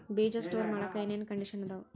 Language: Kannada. ಬೇಜ ಸ್ಟೋರ್ ಮಾಡಾಕ್ ಏನೇನ್ ಕಂಡಿಷನ್ ಅದಾವ?